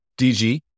dg